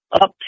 up